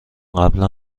قبلا